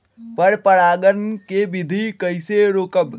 पर परागण केबिधी कईसे रोकब?